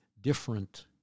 different